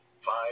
five